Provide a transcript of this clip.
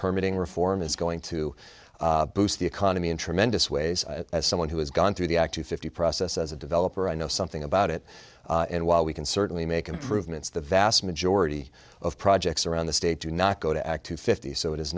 permitting reform is going to boost the economy in tremendous ways as someone who has gone through the act two fifty process as a developer i know something about it and while we can certainly make improvements the vast majority of projects around the state do not go to act to fifty so it is